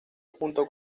junto